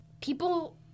people